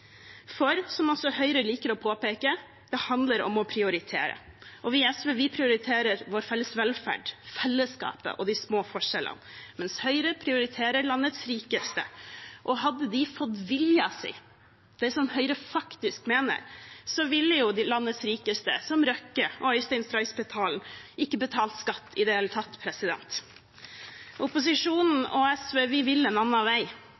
For, som også Høyre liker å påpeke, det handler om å prioritere. Og vi i SV prioriterer vår felles velferd, fellesskapet og de små forskjellene, mens Høyre prioriterer landets rikeste. Hadde de fått viljen sin, det Høyre faktisk mener, ville landet rikeste, som Kjell Inge Røkke og Øystein Stray Spetalen, ikke betalt skatt i det hele tatt. Opposisjonen og SV vil en annen vei.